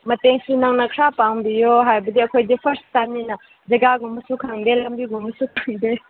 ꯃꯇꯦꯡꯁꯨ ꯅꯪꯅ ꯈꯔ ꯄꯥꯡꯕꯤꯌꯣ ꯍꯥꯏꯕꯗꯤ ꯑꯩꯈꯣꯏꯗꯤ ꯐꯥꯔꯁ ꯇꯥꯏꯝꯅꯤꯅ ꯖꯒꯥꯒꯨꯝꯕꯁꯨ ꯈꯪꯗꯦ ꯂꯝꯕꯤꯒꯨꯝꯕꯁꯨ ꯊꯤꯗꯦ